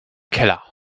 keller